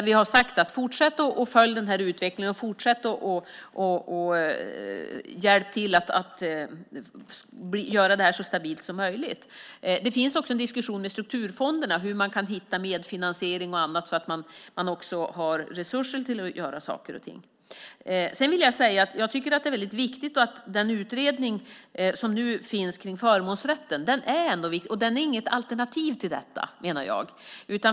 Vi har sagt åt dem att fortsätta följa utvecklingen och fortsätta hjälpa till att göra detta så stabilt som möjligt. Det finns också en diskussion med strukturfonderna om hur man kan hitta medfinansiering och annat så att man har resurser att göra saker. Den utredning som finns om förmånsrätten är viktig, men den är inget alternativ till detta.